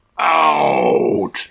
out